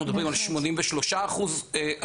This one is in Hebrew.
אנחנו מדברים על 83% תעסוקה.